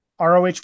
ROH